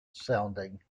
sounding